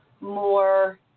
more